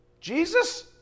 Jesus